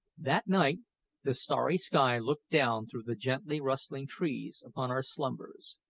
that night the starry sky looked down through the gently rustling trees upon our slumbers,